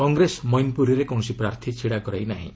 କଂଗ୍ରେସ ମୈନ୍ପୁରୀରେ କୌଣସି ପ୍ରାର୍ଥୀ ଛିଡ଼ା କରାଇ ନାହିଁ